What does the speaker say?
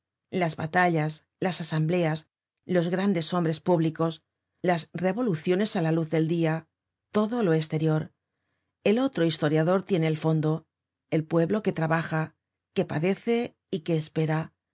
las batallas las asambleas los grandes hombres públicos las revoluciones á la luz del dia todo lo esterior el otro historiador tiene el fondo el pueblo que trabaja que padece y que espera